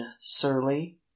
surly